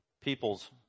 peoples